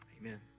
Amen